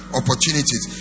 opportunities